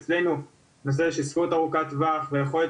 אצלינו הנושא של שכירות ארוכת טווח והיכולת